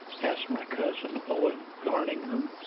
asked my cousin owen garningham,